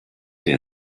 der